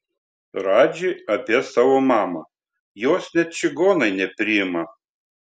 radži apie savo mamą jos net čigonai nepriima